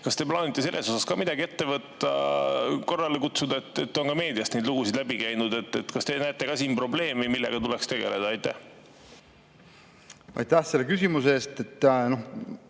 Kas te plaanite selles osas ka midagi ette võtta, korrale kutsuda? On ka meediast neid lugusid läbi käinud. Kas teie näete ka siin probleemi, millega tuleks tegeleda? Aitäh selle küsimuse eest!